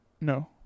no